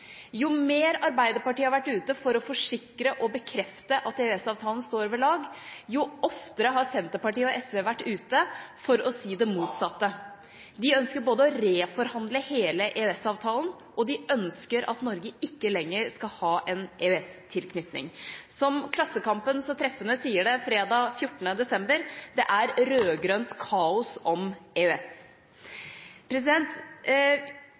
Jo mer Arbeiderpartiet har vært ute for å forsikre og bekrefte at EØS-avtalen står ved lag, jo oftere har Senterpartiet og SV vært ute for å si det motsatte. De ønsker både å reforhandle hele EØS-avtalen og at Norge ikke lenger skal ha en EØS-tilknytning. Som Klassekampen så treffende sier det fredag 14. desember, er det «rødgrønt kaos om EØS».